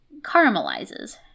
caramelizes